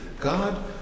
God